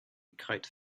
kite